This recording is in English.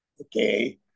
Okay